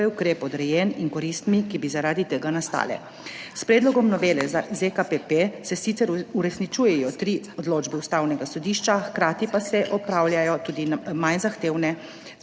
katero je ukrep odrejen, in koristmi, ki bi zaradi tega nastale. S predlogom novele ZKP-P se sicer uresničujejo tri odločbe Ustavnega sodišča, hkrati pa se opravljajo tudi manj zahtevne